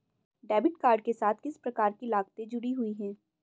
Debit card के साथ किस प्रकार की लागतें जुड़ी हुई हैं?